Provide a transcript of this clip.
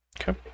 Okay